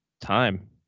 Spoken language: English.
time